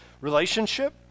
relationship